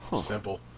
simple